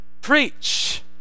preach